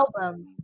album